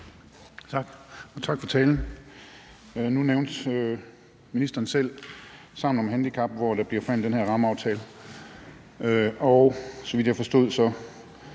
Tak for talen. Nu nævnte ministeren selv Sammen om handicap, hvor der bliver forhandlet den her rammeaftale, og så vidt jeg forstod,